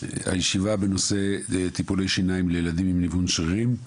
הישיבה בנושא טיפולי שיניים לילדים עם ניוון שרירים.